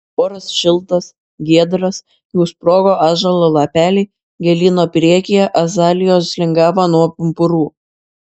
oras šiltas giedras jau sprogo ąžuolo lapeliai gėlyno priekyje azalijos lingavo nuo pumpurų